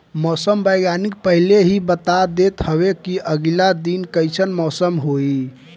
मौसम विज्ञानी पहिले ही बता देत हवे की आगिला दिने कइसन मौसम होई